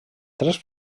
tres